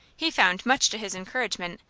he found, much to his encouragement,